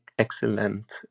excellent